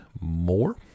more